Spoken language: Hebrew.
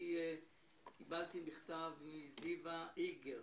אני קיבלתי מכתב מזיוה איגר,